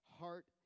heart